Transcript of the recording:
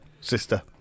Sister